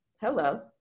hello